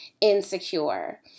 insecure